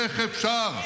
איך אפשר?